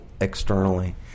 externally